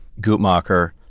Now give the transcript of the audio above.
Guttmacher